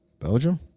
Belgium